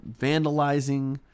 vandalizing